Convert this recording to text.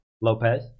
Lopez